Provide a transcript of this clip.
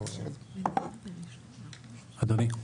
אדוני?